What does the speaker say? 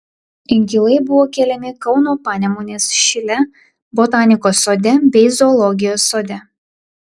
inkilai buvo keliami kauno panemunės šile botanikos sode bei zoologijos sode